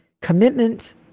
commitments